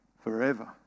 forever